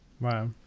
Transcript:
Wow